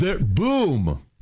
Boom